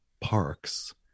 Parks